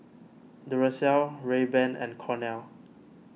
Duracell Rayban and Cornell